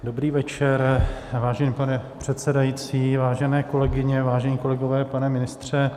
Dobrý večer, vážený pane předsedající, vážené kolegyně, vážení kolegové, pane ministře.